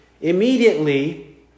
immediately